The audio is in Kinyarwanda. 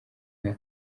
nka